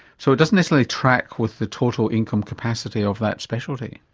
so it doesn't necessarily track with the total income capacity of that specialty.